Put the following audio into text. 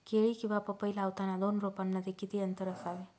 केळी किंवा पपई लावताना दोन रोपांमध्ये किती अंतर असावे?